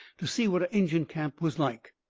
to see what a injun camp was like.